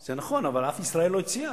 זה נכון, אבל אז ישראל לא הציעה.